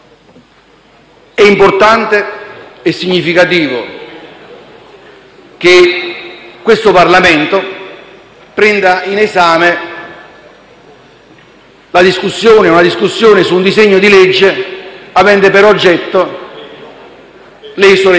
È importante e significativo che questo Parlamento prenda in esame la discussione di un disegno di legge avente per oggetto le isole minori.